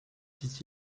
dit